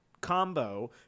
combo